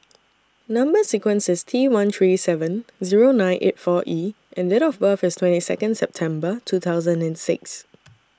Number sequence IS T one three seven Zero nine eight four E and Date of birth IS twenty Second September two thousand and six